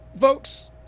Folks